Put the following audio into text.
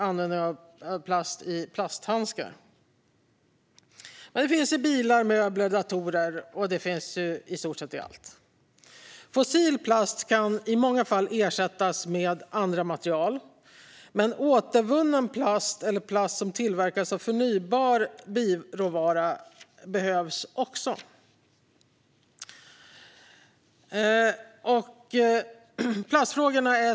Det finns plast även i bilar, möbler och datorer - i stort sett i allt. Fossil plast kan i många fall ersättas med andra material, men återvunnen plast eller plast som tillverkas av förnybar biråvara behövs också.